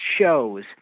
shows